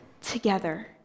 together